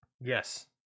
Yes